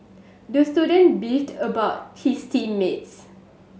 the student beefed about his team mates